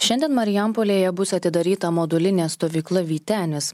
šiandien marijampolėje bus atidaryta modulinė stovykla vytenis